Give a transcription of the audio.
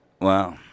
Wow